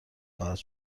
خواهد